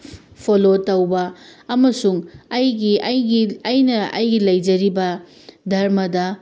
follow ꯇꯧꯕ ꯑꯃꯁꯨꯡ ꯑꯩꯒꯤ ꯑꯩꯒꯤ ꯑꯩꯅ ꯑꯩꯒꯤ ꯂꯩꯖꯔꯤꯕ ꯙꯔꯃꯗ